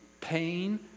pain